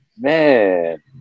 man